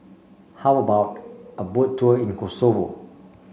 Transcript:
how about a Boat Tour in Kosovo